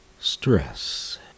stress